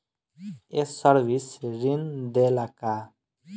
ये सर्विस ऋण देला का?